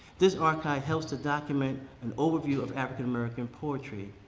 this archive helps to document an overview of african american poetry.